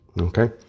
okay